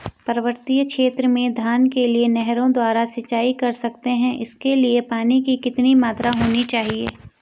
पर्वतीय क्षेत्रों में धान के लिए नहरों द्वारा सिंचाई कर सकते हैं इसके लिए पानी की कितनी मात्रा होनी चाहिए?